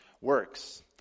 works